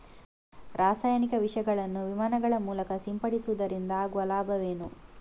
ರಾಸಾಯನಿಕ ವಿಷಗಳನ್ನು ವಿಮಾನಗಳ ಮೂಲಕ ಸಿಂಪಡಿಸುವುದರಿಂದ ಆಗುವ ಲಾಭವೇನು?